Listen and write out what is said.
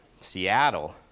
Seattle